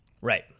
Right